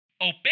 Open